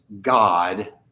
God